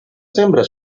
hembras